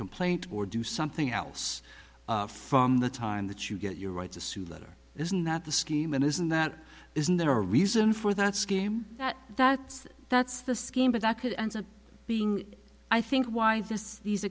complaint or do something else from the time that you get your right to sue letter isn't that the scheme and isn't that isn't there a reason for that scheme that that's that's the scheme but that could ends up being i think why this these